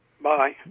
bye